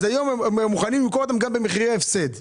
לכן היום הם מוכנים למכור גם במחירי הפסד.